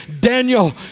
Daniel